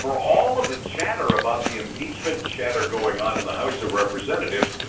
for all of the chatter about the impeachment chatter going on in the house of representatives,